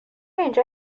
اینجا